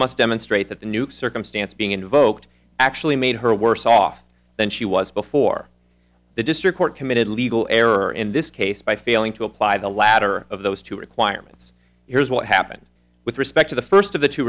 must demonstrate that the new circumstance being invoked actually made her worse off than she was before the district court committed legal error in this case by failing to apply the latter of those two requirements here's what happened with respect to the first of the two